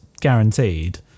guaranteed